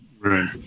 Right